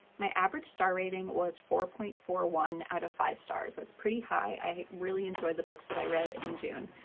my average star rating was four point four one out of five stars. that's pretty high. i really enjoyed the books that i read in june.